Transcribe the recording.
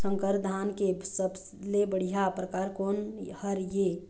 संकर धान के सबले बढ़िया परकार कोन हर ये?